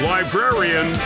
Librarian